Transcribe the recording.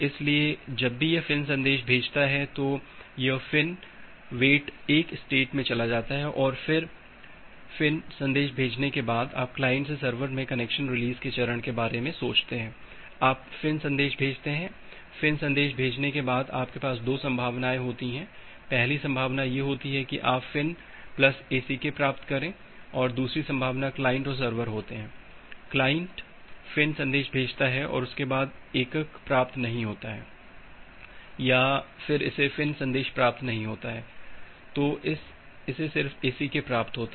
इसलिए जब भी ये फ़िन् संदेश भेजता है तो यह फ़िन् वेट 1 स्टेट में चला जाता है फिर इस फ़िन् संदेश भेजने के बाद आप क्लाइंट से सर्वर में कनेक्शन रिलीज के चरण के बारे में सोचते हैं आप फ़िन् संदेश भेजते हैं फ़िन् संदेश भेज्मे के बाद आपके पास दो संभावनाएं होती हैं पहली सम्भावना ये होती है की आप फ़िन् प्लस ACK प्राप्त करें और दूसरी संभावना क्लाइंट और सर्वर होते हैं क्लाइंट फ़िन् संदेश भेजता है और उसे एकक प्राप्त नहीं होता है या फिर इसे फ़िन् नहीं प्राप्त होआ है इसे सिर्फ ACK प्राप्त होता है